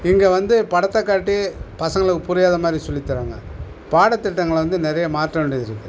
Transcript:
இங்கே வந்து படத்தை காட்டி பசங்களுக்கு புரியாத மாதிரி சொல்லித் தர்றாங்க பாடத்திட்டங்களை வந்து நிறையா மாற்ற வேண்டியது இருக்குது